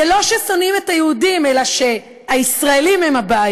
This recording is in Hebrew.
זה לא ששונאים את היהודים, אלא הישראלים הם הבעיה.